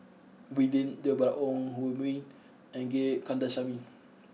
Wee Lin Deborah Ong Hui Min and Gate Kandasamy